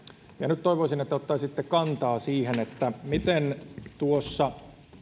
nyt toivoisin että ottaisitte kantaa siihen miten suhtaudutte tuossa